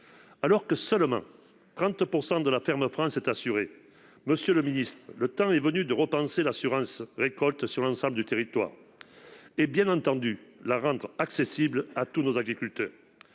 alors que seuls 30 % de la ferme France sont assurés. Monsieur le ministre, le temps est venu de repenser l'assurance récolte sur l'ensemble du territoire, et bien entendu de la rendre accessible à tous nos agriculteurs.